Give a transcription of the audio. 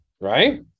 right